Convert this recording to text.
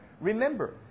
remember